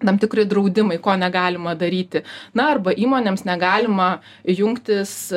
tam tikri draudimai ko negalima daryti na arba įmonėms negalima jungtis